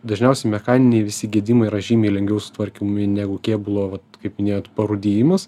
dažniausiai mechaniniai visi gedimai yra žymiai lengviau sutvarkomi negu kėbulo vat kaip net parūdijimas